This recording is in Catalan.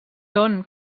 són